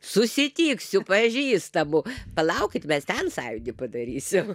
susitiksiu pažįstamų palaukit mes ten sąjūdį padarysim